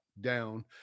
down